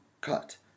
cut